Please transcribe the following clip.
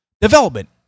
development